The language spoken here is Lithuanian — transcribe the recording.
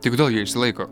tai kodėl jie išsilaiko